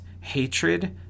hatred